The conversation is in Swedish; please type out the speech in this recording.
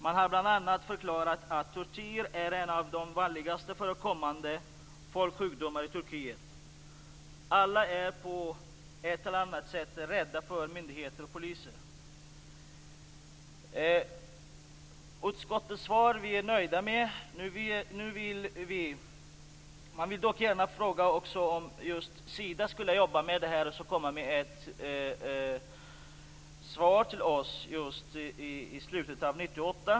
Man har bl.a. förklarat att tortyr är en av de vanligast förekommande folksjukdomarna i Turkiet. Alla är på ett eller annat sätt rädda för myndigheter och poliser. Utskottets svar är vi nöjda med. Jag vill dock gärna fråga om Sida. Man skulle jobba med det här och komma med ett svar till oss i slutet av 1998.